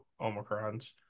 Omicrons